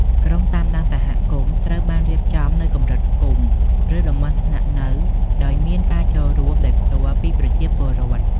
ក្រុមតាមដានសហគមន៍ត្រូវបានរៀបចំនៅកម្រិតភូមិ ឬតំបន់ស្នាក់នៅដោយមានការចូលរួមដោយផ្ទាល់ពីប្រជាពលរដ្ឋ។